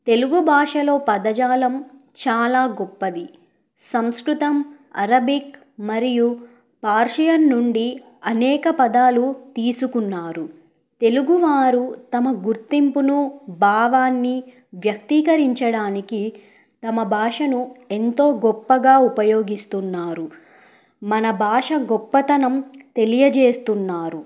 తెలుగు భాషలో పదజాలం చాలా గొప్పది సంస్కృతం అరబిక్ మరియు పార్షయన్ నుండి అనేక పదాలు తీసుకున్నారు తెలుగువారు తమ గుర్తింపును భావాన్ని వ్యక్తీకరించడానికి తమ భాషను ఎంతో గొప్పగా ఉపయోగిస్తున్నారు మన భాష గొప్పతనం తెలియజేస్తున్నారు